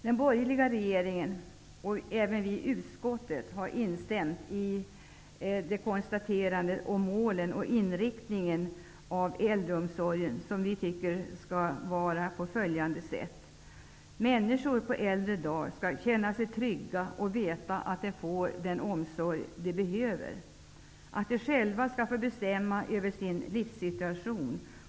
Den borgerliga regeringen konstaterar -- och det har även vi i utskottet instämt i -- att målen för och inriktningen av äldreomsorgen bör vara på följande sätt. Människor skall känna sig trygga på äldre dagar och veta att de får den omsorg de behöver. De skall själva få bestämma över sin livssituation.